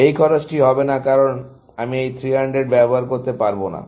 এই খরচটি হবে না কারণ আমি এই 300 ব্যবহার করতে পারব না